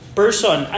person